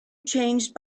changed